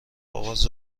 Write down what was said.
آغاز